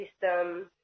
system